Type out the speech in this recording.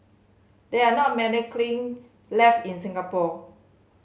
there are not many kiln left in Singapore